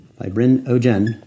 fibrinogen